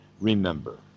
remember